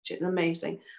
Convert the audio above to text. Amazing